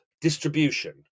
distribution